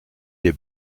est